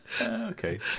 Okay